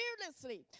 fearlessly